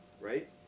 right